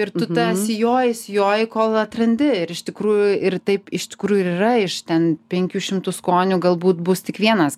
ir tu tą sijoji sijoji kol atrandi ir iš tikrųjų ir taip iš tikrųjų ir yra iš ten penkių šimtų skonių galbūt bus tik vienas